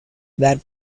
were